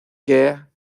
caire